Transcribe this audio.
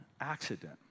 accident